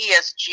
ESG